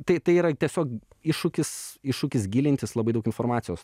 tai tai yra tiesiog iššūkis iššūkis gilintis labai daug informacijos